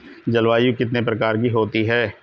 जलवायु कितने प्रकार की होती हैं?